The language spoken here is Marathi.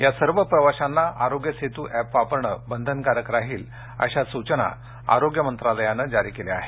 या सर्व प्रवाशांना आरोग्य सेतु ऍप वापरणे बंधनकारक राहील अशा सूचना आरोग्य मंत्रालयानं जारी केल्या आहेत